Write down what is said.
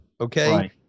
Okay